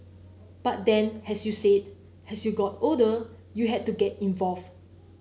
but then as you said as you got older you had to get involved